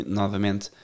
novamente